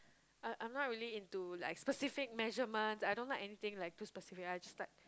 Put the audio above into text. I I'm not really into like specific measurements I don't like anything like too specific I just like